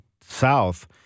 south